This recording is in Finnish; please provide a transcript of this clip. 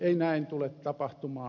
ei näin tule tapahtumaan